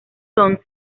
son